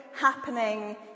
happening